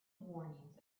warnings